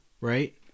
Right